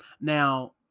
Now